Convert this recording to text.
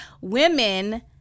women